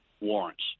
warrants